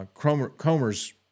Comer's